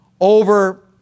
over